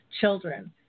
children